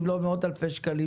אם לא מאות אלפי שקלים,